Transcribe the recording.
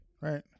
Right